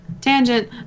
tangent